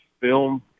film